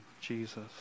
Jesus